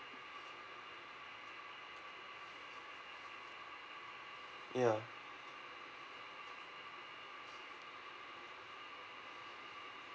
ya